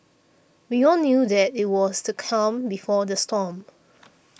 we all knew that it was the calm before the storm